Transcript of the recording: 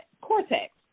cortex